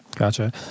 Gotcha